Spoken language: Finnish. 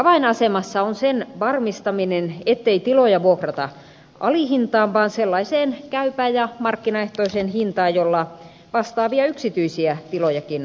eli avainasemassa on sen varmistaminen ettei tiloja vuokrata alihintaan vaan sellaiseen käypään ja markkinaehtoiseen hintaan jolla vastaavia yksityisiä tilojakin vuokrataan